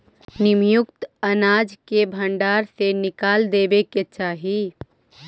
नमीयुक्त अनाज के भण्डार से निकाल देवे के चाहि